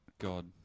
God